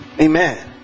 Amen